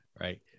Right